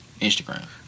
Instagram